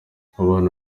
abana